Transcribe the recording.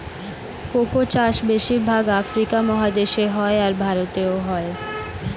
cocoa চাষ বেশির ভাগ আফ্রিকা মহাদেশে হয়, আর ভারতেও হয়